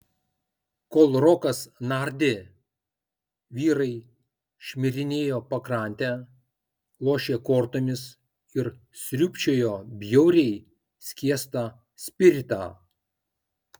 kol rokas nardė vyrai šmirinėjo pakrante lošė kortomis ir sriūbčiojo bjauriai skiestą spiritą